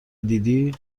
دیدی